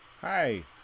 Hi